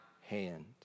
hand